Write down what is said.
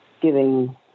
giving